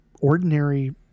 ordinary